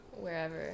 wherever